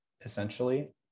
essentially